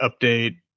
update